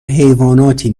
حیواناتی